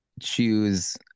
choose